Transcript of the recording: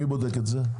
מי בודק את זה?